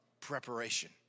preparation